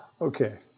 Okay